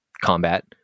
combat